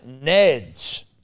Neds